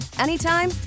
anytime